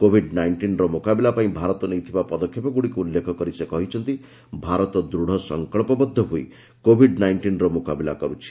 Covid ନାଇଷ୍ଟିନ୍ର ମୁକାବିଲା ପାଇଁ ଭାରତ ନେଇଥିବା ପଦକ୍ଷେପଗୁଡ଼ିକୁ ଉଲ୍ଲେଖ କରି ସେ କହିଛନ୍ତି ଭାରତ ଦୃଢ଼ ସଂକଳ୍ପବଦ୍ଧ ହୋଇ କୋଭିଡ୍ ନାଇଷ୍ଟିନ୍ର ମୁକାବିଲା କରୁଛି